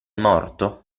morto